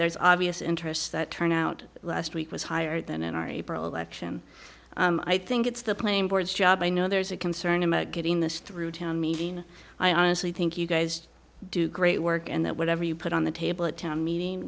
there's obvious interests that turn out last week was higher than in our april election i think it's the plain words job i know there's a concern about getting this through town meeting i honestly think you guys do great work and that whatever you put on the table a town meeting